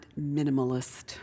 minimalist